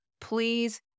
please